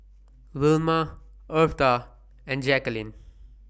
Vilma Eartha and Jackeline